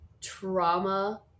trauma